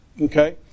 Okay